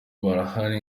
barahari